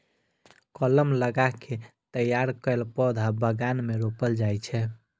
कलम लगा कें तैयार कैल पौधा बगान मे रोपल जाइ छै